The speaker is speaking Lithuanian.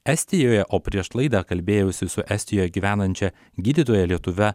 estijoje o prieš laidą kalbėjausi su estijoje gyvenančia gydytoja lietuve